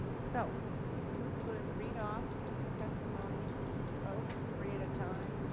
so if you could read off the testimony folks three at a time.